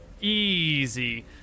Easy